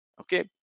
okay